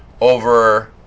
over